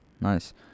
nice